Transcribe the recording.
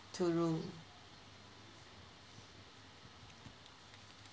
two room